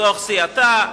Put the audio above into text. בתוך סיעתה.